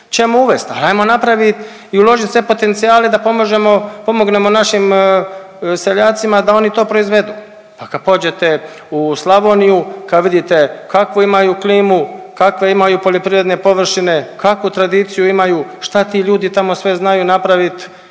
ćemo uvesti, ali hajmo napravit i uložit sve potencijale da pomognemo našim seljacima da oni to proizvedu, pa kad pođete u Slavoniju, kad vidite kakvu imaju klimu, kakve imaju poljoprivredne površine, kakvu tradiciju imaju, šta ti ljudi tamo sve znaju napraviti